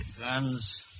Guns